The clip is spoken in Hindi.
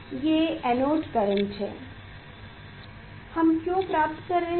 ये एनोड करेंट हम क्यों प्राप्त कर रहे हैं